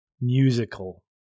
musical